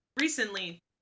recently